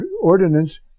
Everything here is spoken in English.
ordinance